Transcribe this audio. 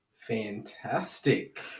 fantastic